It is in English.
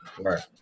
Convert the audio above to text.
Right